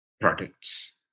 products